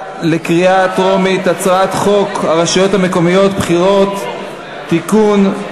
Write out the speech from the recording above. בקריאה טרומית על הצעת חוק הרשויות המקומיות (בחירות) (תיקון,